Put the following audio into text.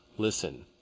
listen.